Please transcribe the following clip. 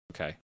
Okay